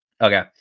Okay